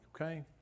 Okay